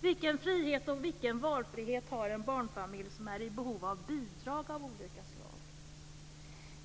Vilken frihet och vilken valfrihet har en barnfamilj som är i behov av bidrag av olika slag?